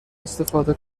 استفاده